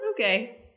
okay